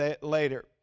later